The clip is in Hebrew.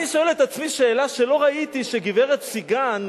אני שואל את עצמי שאלה שלא ראיתי שגברת סיגן,